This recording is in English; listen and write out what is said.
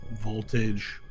voltage